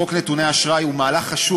חוק נתוני אשראי הוא מהלך חשוב,